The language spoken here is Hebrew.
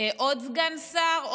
עוד סגן שר,